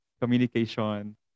communication